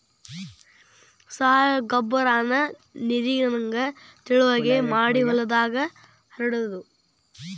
ಸಾವಯುವ ಗೊಬ್ಬರಾನ ನೇರಿನಂಗ ತಿಳುವಗೆ ಮಾಡಿ ಹೊಲದಾಗ ಹರಡುದು